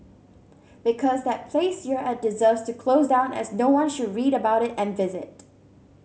because that place you're at deserves to close down as no one should read about it and visit